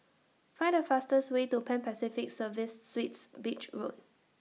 Find The fastest Way to Pan Pacific Serviced Suites Beach Road